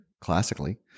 classically